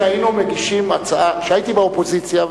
כשהייתי באופוזיציה,